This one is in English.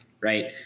Right